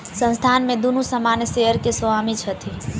संस्थान में दुनू सामान्य शेयर के स्वामी छथि